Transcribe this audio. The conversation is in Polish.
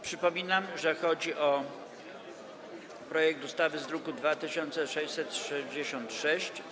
Przypominam, że chodzi o projekt ustawy z druku nr 2666.